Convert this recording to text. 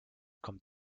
kommt